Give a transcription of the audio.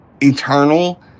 eternal